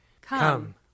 Come